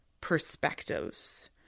perspectives